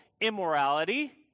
immorality